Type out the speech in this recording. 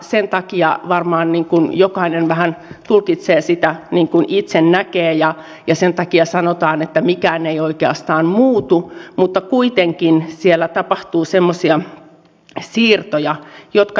sen takia varmaan jokainen tulkitsee sitä vähän niin kuin itse näkee ja sen takia sanotaan että mikään ei oikeastaan muutu mutta kuitenkin siellä tapahtuu semmoisia siirtoja jotka ihmetyttävät